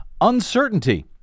uncertainty